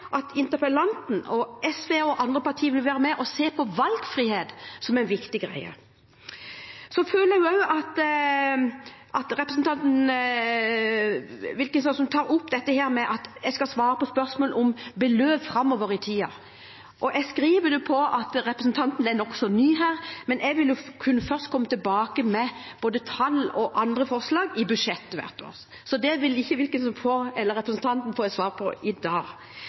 at interpellanten og SV og andre partier vil være med på å se på valgfrihet som noe viktig. Jeg føler også at representanten Wilkinson vil jeg skal svare på spørsmål om beløp framover i tiden. Jeg tilskriver det at representanten er nokså ny her, men jeg vil først kunne komme med tall og andre forslag i budsjettet hvert år. Så dette vil ikke representanten Wilkinson få svar på i dag.